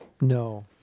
No